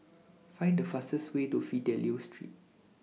Find The fastest Way to Fidelio Street